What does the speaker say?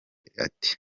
ati